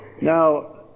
Now